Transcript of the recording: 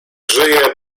żyje